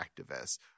activists –